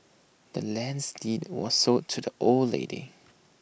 the land's deed was sold to the old lady